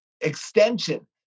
extension